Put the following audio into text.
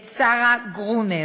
את שרה גרונר,